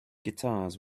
guitars